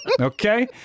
Okay